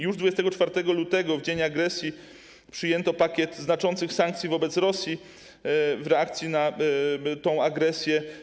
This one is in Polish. Już 24 lutego, w dzień agresji, przyjęto pakiet znaczących sankcji wobec Rosji w reakcji na tę agresję.